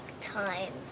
time